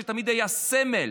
שתמיד היה סמל,